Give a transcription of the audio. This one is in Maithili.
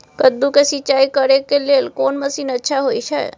कद्दू के सिंचाई करे के लेल कोन मसीन अच्छा होय छै?